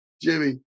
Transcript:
Jimmy